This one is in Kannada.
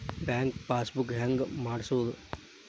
ಬ್ಯಾಂಕ್ ಪಾಸ್ ಬುಕ್ ಹೆಂಗ್ ಮಾಡ್ಸೋದು?